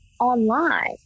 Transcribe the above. online